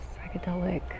psychedelic